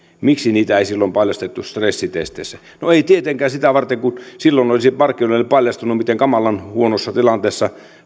miksi niitä ei paljastettu silloin stressitesteissä no ei tietenkään kun silloin olisi markkinoille paljastunut miten kamalan huonossa tilanteessa